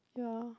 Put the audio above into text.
ya